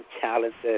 challenges